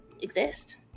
exist